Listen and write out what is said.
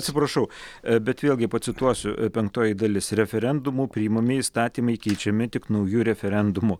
atsiprašau bet vėlgi pacituosiu penktoji dalis referendumu priimami įstatymai keičiami tik nauju referendumu